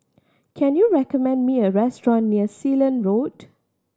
can you recommend me a restaurant near Sealand Road